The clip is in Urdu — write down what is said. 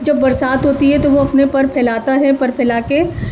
جب برسات ہوتی ہے تو وہ اپنے پر پھیلاتا ہے پر پھیلا کے